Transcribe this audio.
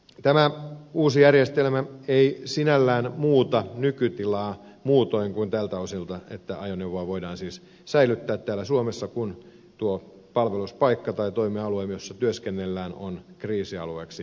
tämä uusi järjestelmä ei sinällään muuta nykytilaa muutoin kuin tältä osilta että ajoneuvoa voidaan siis säilyttää täällä suomessa kun tuo palveluspaikka tai toimialue jolla työskennellään on kriisialueeksi määritelty